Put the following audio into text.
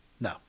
No